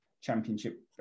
championship